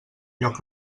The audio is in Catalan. lloc